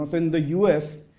in the u s.